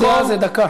הבעת דעה זה דקה.